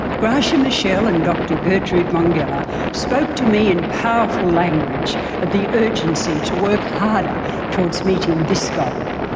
gracia michel and dr gertrude mongella spoke to me in powerful language of the urgency to work harder towards meeting this goal.